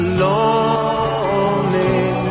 lonely